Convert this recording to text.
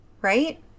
right